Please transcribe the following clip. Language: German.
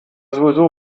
sowieso